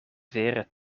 vere